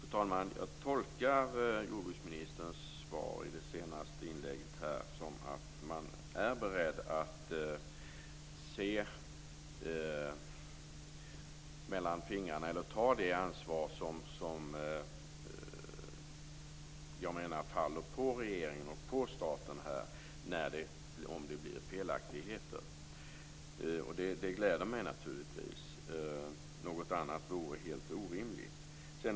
Fru talman! Jag tolkar jordbruksministerns svar i det senaste inlägget så att man är beredd att ta det ansvar som jag menar faller på regeringen och staten, om det blir felaktigheter. Det gläder mig naturligtvis. Något annat vore helt orimligt.